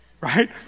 right